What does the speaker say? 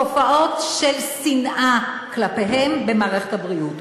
תופעות של שנאה כלפיהם במערכת הבריאות.